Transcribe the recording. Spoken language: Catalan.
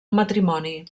matrimoni